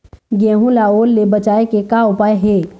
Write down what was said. गेहूं ला ओल ले बचाए के का उपाय हे?